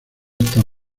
estas